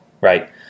right